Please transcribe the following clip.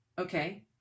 okay